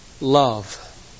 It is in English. love